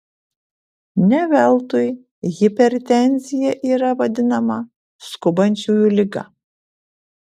ne veltui hipertenzija yra vadinama skubančiųjų liga